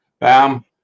Bam